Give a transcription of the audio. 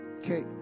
Okay